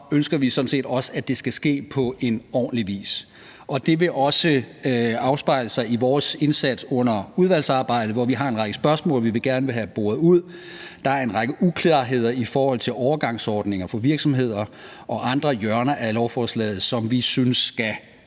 ønsker vi sådan set også, at det skal ske på en ordentlig vis, og det vil også afspejle sig i vores indsats under udvalgsarbejdet, hvor vi har en række spørgsmål om ting, vi gerne vil have boret ud. Der er en række uklarheder i forhold til overgangsordninger for virksomheder og andre hjørner af lovforslaget, som vi synes skal